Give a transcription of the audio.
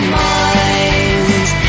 minds